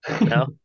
No